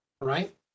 right